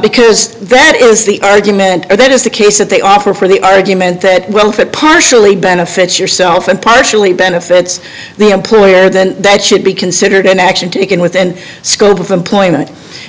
because that is the argument that is the case that they offer for the argument that partially benefits yourself and partially benefits the employer then that should be considered an action taken within the scope of employment